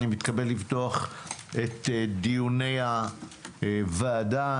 אני מתכבד לפתוח את דיוני הוועדה.